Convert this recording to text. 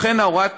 לכן הוראת